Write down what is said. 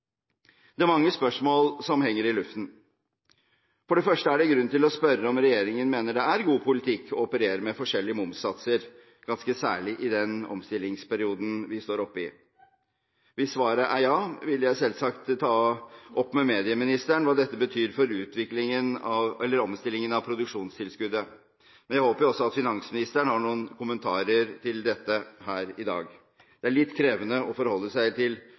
Det er mange spørsmål som her henger i luften. For det første er det grunn til å spørre om regjeringen mener det er god politikk å operere med forskjellige momssatser – ganske særlig i den omstillingsperioden vi står oppe i. Hvis svaret er ja – vil jeg jeg selvsagt ta opp med medieministeren hva dette betyr for omstillingen av produksjonstilskuddet. Men jeg håper jo også at finansministeren har noen kommentarer til dette her i dag – det er litt krevende å forholde seg til to forskjellige statsråder i noe som til